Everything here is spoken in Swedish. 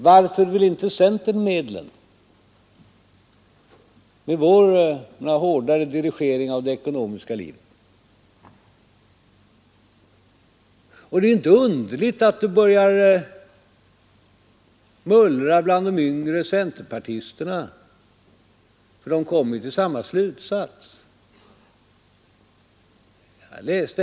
Varför vill inte centern medlen med vår hårdare dirigering av det ekonomiska läget? Det är inte underligt att det börjar mullra bland de yngre centerpartisterna, för de kommer till samma slutsats.